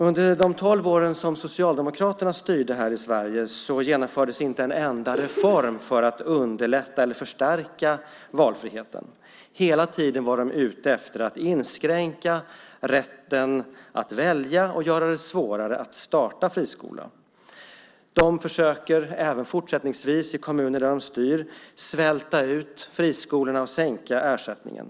Under de tolv år som Socialdemokraterna styrde här i Sverige genomfördes inte en enda reform för att underlätta eller förstärka valfriheten. Hela tiden var de ute efter att inskränka rätten att välja och att göra det svårare att starta en friskola. Även fortsättningsvis försöker Socialdemokraterna i de kommuner där de styr svälta ut friskolorna och sänka ersättningen.